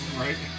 right